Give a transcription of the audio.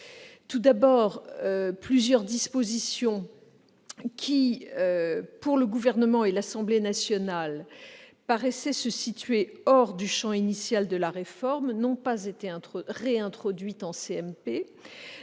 Tout d'abord, plusieurs dispositions qui, pour le Gouvernement et l'Assemblée nationale, paraissaient se situer hors du champ initial de la réforme n'ont pas été réintroduites en CMP.